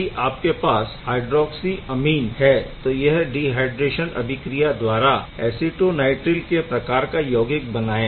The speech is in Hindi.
यदि आपके पास हायड्रॉक्सी ऐमीन है तो यह डीहाइड्रेशन अभिक्रिया द्वारा ऐसिटोनाइट्राइल के प्रकार का यौगिक बनाए